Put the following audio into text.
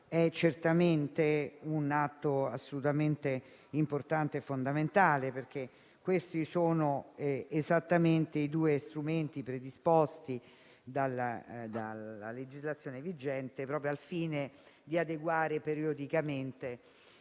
certamente un atto assolutamente fondamentale, perché sono esattamente i due strumenti predisposti dalla legislazione vigente al fine di adeguare periodicamente